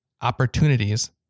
opportunities